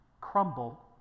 crumble